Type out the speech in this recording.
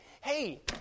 Hey